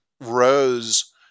rose